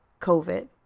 COVID